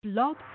Blog